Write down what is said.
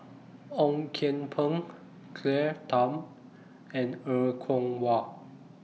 Ong Kian Peng Claire Tham and Er Kwong Wah